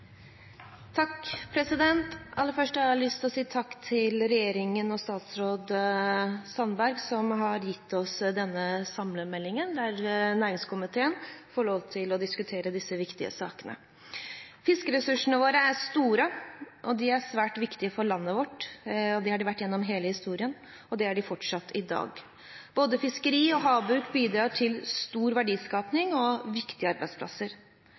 til regjeringen og statsråd Sandberg som har gitt oss denne samlemeldingen der næringskomiteen får lov til å diskutere disse viktige sakene. Fiskeressursene våre er store, og de er svært viktige for landet vårt. Det har de vært gjennom hele historien, og det er de fortsatt i dag. Både fiskeri og havbruk bidrar til stor verdiskaping og viktige arbeidsplasser.